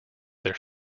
their